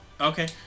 Okay